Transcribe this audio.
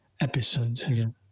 episode